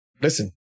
Listen